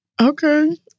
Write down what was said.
Okay